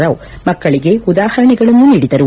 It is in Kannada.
ರಾವ್ ಮಕ್ಕಳಗೆ ಉದಾಹರಣೆಗಳನ್ನು ನೀಡಿದರು